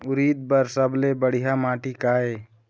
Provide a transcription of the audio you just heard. उरीद बर सबले बढ़िया माटी का ये?